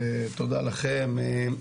תודה לכם.